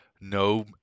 no